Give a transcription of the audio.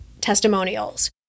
testimonials